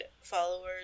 followers